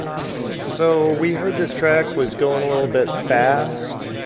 so we heard this track was going a little bit fast,